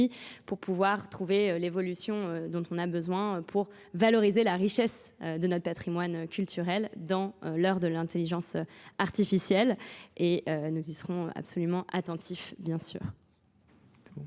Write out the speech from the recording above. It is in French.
pour pouvoir trouver l'évolution dont on a besoin pour valoriser la richesse de notre patrimoine culturel dans l'heure de l'intelligence artificielle. Et nous y serons absolument attentifs, bien sûr.